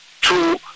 two